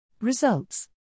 Results